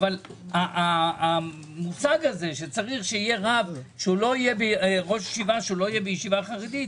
אבל המושג הזה שצריך שיהיה ראש ישיבה שלא יהיה בישיבה חרדית,